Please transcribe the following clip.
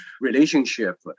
relationship